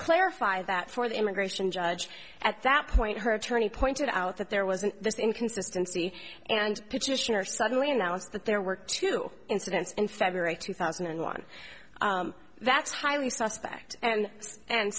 clarify that for the immigration judge at that point her attorney pointed out that there was an inconsistency and petitioner suddenly announced that there were two incidents in february two thousand and one that's highly suspect and and